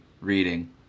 reading